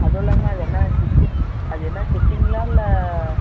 அதில்லாம அது என்ன சிட்டி அது என்ன சிட்டிங்களா இல்லை